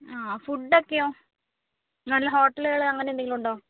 ആ ഫുഡൊക്കെയോ നല്ല ഹോട്ടലുകൾ അങ്ങനെയെന്തെങ്കിലും ഉണ്ടോ